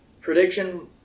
prediction